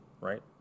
right